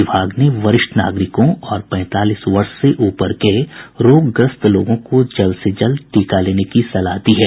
विभाग ने वरिष्ठ नागरिकों और पैंतालीस वर्ष से ऊपर के रोगग्रस्त लोगों को जल्द से जल्द टीका लेने की सलाह दी है